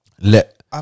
let